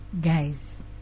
Guys